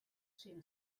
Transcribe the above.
catrin